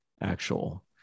actual